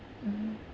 mm